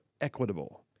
equitable